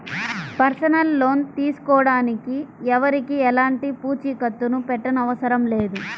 personal loan తీసుకోడానికి ఎవరికీ ఎలాంటి పూచీకత్తుని పెట్టనవసరం లేదు